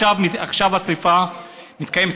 עכשיו השרפה מתקיימת,